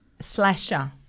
slasher